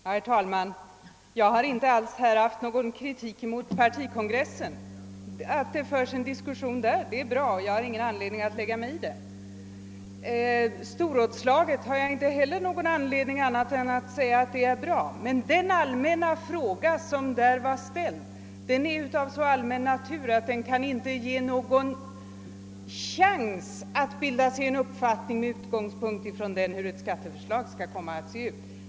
Herr talman! Jag har inte alls riktat någon kritik mot partikongressen — att det förs en diskussion där är bra, och jag har ingen anledning att lägga mig i den. Om storrådslaget har jag heller ingen anledning att säga annat än att detta var bra. Men den fråga som där ställdes var av så allmän natur, att man av denna och av svaren på frågan inte kan bilda sig någon som helst uppfattning om hur ett skatteförslag kan komma att se ut.